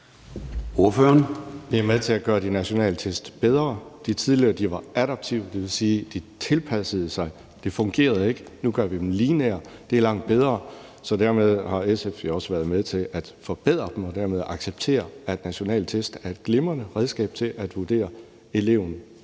(DF): Det er med til at gøre de nationale test bedre. De tidligere var adaptive, og det vil sige, at de tilpassede sig. Det fungerede ikke. Nu gør vi dem lineære, og det er langt bedre. Så dermed har SF jo også været med til forbedre dem og dermed acceptere, at nationale test er et glimrende redskab til at vurdere eleven